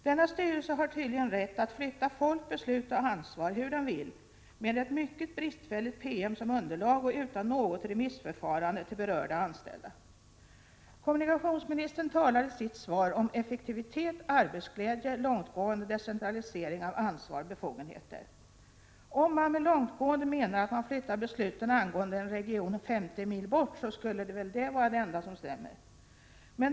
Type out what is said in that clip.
Denna styrelse har tydligen rätt att flytta folk, beslut och ansvar hur den vill, med en mycket bristfällig PM som underlag och utan något remissförfarande till berörda anställda. Kommunikationsministern talar i sitt svar om effektivitet, arbetsglädje, långtgående decentralisering av ansvar och befogenheter. Om man med långtgående menar att man flyttar besluten angående en region 50 mil bort så skulle väl det vara det enda som stämmer.